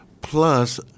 Plus